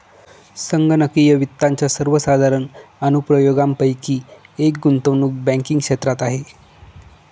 संगणकीय वित्ताच्या सर्वसाधारण अनुप्रयोगांपैकी एक गुंतवणूक बँकिंग क्षेत्रात आहे